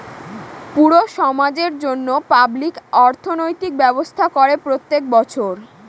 পুরো সমাজের জন্য পাবলিক অর্থনৈতিক ব্যবস্থা করে প্রত্যেক বছর